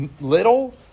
little